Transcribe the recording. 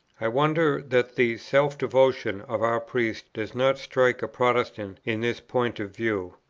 i wonder that the self-devotion of our priests does not strike a protestant in this point of view.